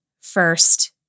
first